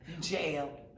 Jail